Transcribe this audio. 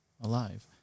alive